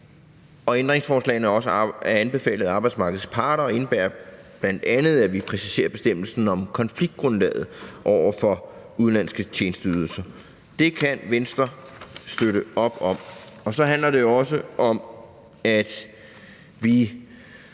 ændringerne er også anbefalet af arbejdsmarkedets parter og indebærer bl.a., at vi præciserer bestemmelsen om konfliktgrundlaget ved udenlandske tjenesteydelser. Det kan Venstre støtte op om. Det handler også om, at vi